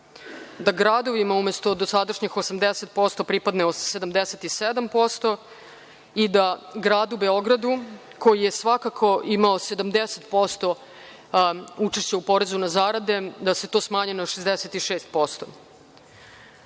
da gradovima umesto dosadašnjih 80% pripadne 77% i da Gradu Beogradu koji je svakako imao 70% učešća u porezu na zarade da se to smanji na 66%.